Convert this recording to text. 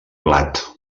blat